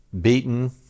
beaten